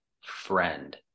friend